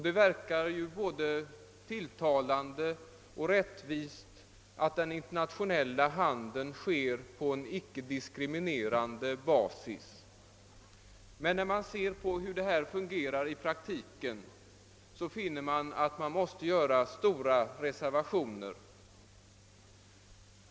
Det verkar både tilltalande och rättvist att den internationella handeln sker på en icke-diskriminerande basis. Men när man ser på hur detta fungerar i praktiken finner man att man måste göra stora reservationer.